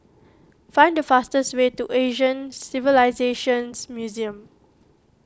find the fastest way to Asian Civilisations Museum